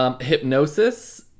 Hypnosis